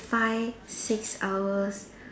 five six hours